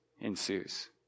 ensues